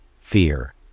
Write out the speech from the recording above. fear